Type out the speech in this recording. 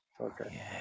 Okay